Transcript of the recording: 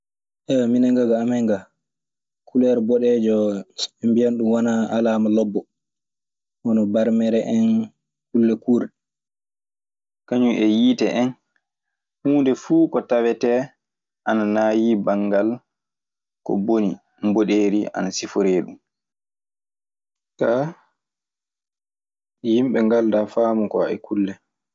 minen kaa ga amen gaa, kuleer boɗeejo ɓe mbiyan ɗun wanaa alaama lobbo. Hono barmere en, kulle kuurɗe. Kañun e yiite en. Huunde fuu ko tawetee ana naayii banngal ko boni, mboɗeeri ana siforee ɗun. Kaa, yimɓe ngaldaa faamu kwa e kulle.